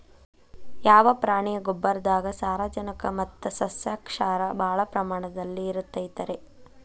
ಯಾವ ಪ್ರಾಣಿಯ ಗೊಬ್ಬರದಾಗ ಸಾರಜನಕ ಮತ್ತ ಸಸ್ಯಕ್ಷಾರ ಭಾಳ ಪ್ರಮಾಣದಲ್ಲಿ ಇರುತೈತರೇ?